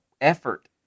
effort